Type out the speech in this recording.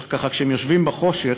כשהם יושבים בחושך,